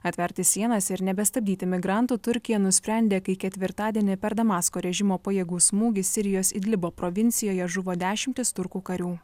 atverti sienas ir nebestabdyti migrantų turkija nusprendė kai ketvirtadienį per damasko režimo pajėgų smūgį sirijos idlibo provincijoje žuvo dešimtys turkų karių